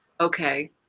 okay